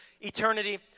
eternity